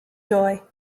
joy